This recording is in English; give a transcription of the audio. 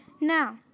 Now